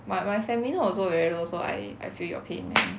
but my stamina also very low so I I feel your pain man